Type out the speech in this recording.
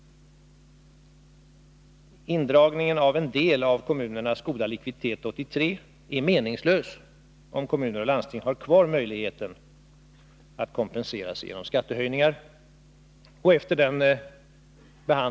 Indragningen av en del av kommunernas goda likviditet 1983 är meningslös om kommuner och landsting har kvar möjligheten att kompensera sig genom skattehöjningar.